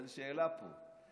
אין שאלה פה.